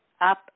up